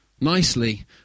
Nicely